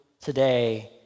today